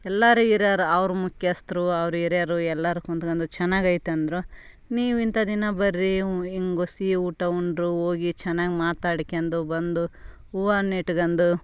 ಎಲ್ಲರು ಹಿರಿಯರ್ ಅವ್ರು ಮುಖ್ಯಸ್ಥರು ಅವ್ರು ಹಿರಿಯರು ಎಲ್ಲರು ಕುಂತ್ಕಂಡು ಚೆನ್ನಾಗ್ ಐತೆ ಅಂದರು ನೀವು ಇಂಥ ದಿನ ಬರ್ರಿ ಹಿಂಗೆ ಸಿಹಿ ಊಟ ಉಂಡರು ಹೋಗಿ ಚೆನ್ನಾಗ್ ಮಾತ್ಯಾಡ್ಕೆಂಡು ಬಂದು ಹೂವುನ್ ನೆಟ್ಗಂಡ್